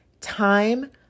time